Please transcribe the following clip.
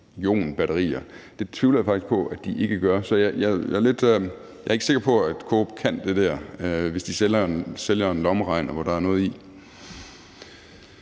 litiumionbatterier. Det tvivler jeg faktisk på at de ikke gør. Så jeg er ikke sikker på, at Coop kan det der, hvis de sælger en lommeregner, hvor der noget af